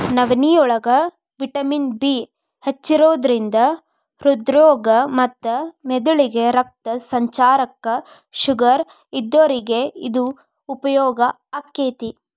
ನವನಿಯೋಳಗ vitamin B ಹೆಚ್ಚಿರೋದ್ರಿಂದ ಹೃದ್ರೋಗ ಮತ್ತ ಮೆದಳಿಗೆ ರಕ್ತ ಸಂಚಾರಕ್ಕ, ಶುಗರ್ ಇದ್ದೋರಿಗೆ ಇದು ಉಪಯೋಗ ಆಕ್ಕೆತಿ